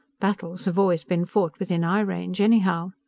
battles have always been fought within eye-range, anyhow.